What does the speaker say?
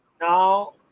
Now